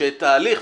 שאת ההליך,